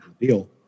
deal